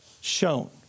shown